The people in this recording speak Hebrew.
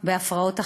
בהפרעות אכילה.